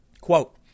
Quote